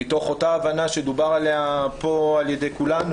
מתוך אותה הבנה שדובר עליה פה על ידי כולנו,